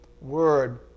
word